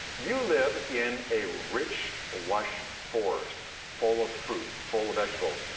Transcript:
you live in a rich, lush forest full of fruit, full of vegetables.